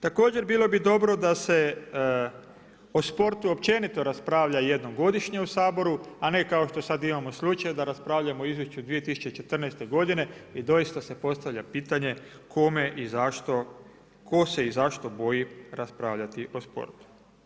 Također bilo bi dobro da se o sportu općenito rasprava jednom godišnje u Saboru a ne kao što sada imamo slučaj da sada raspravljamo o izvješću 2014. godine i doista se postavlja pitanje kome i zašto, tko se i zašto boji raspravljati o sportu.